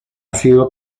sido